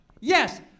Yes